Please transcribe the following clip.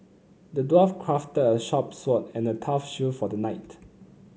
the dwarf crafted a sharp sword and a tough shield for the knight